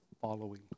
following